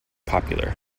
popular